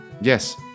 yes